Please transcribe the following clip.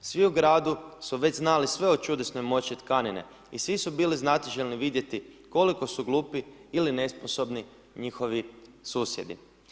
Svi u gradu su već znali sve o čudesnoj moći tkanine i svi su bili znatiželjni vidjeti koliko su glupi ili nesposobni njihovi susjedi.